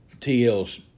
T.L.'s